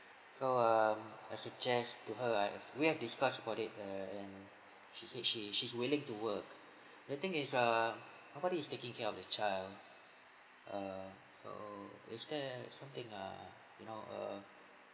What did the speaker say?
so um I suggest to her I've we have discussed about it err and she said she she's willing to work the thing is err nobody is taking care of the child err so is there something ah you know err